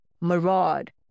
maraud